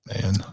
man